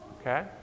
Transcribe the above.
Okay